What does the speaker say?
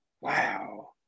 Wow